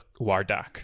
Wardak